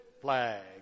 flag